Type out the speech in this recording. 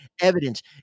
evidence